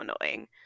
annoying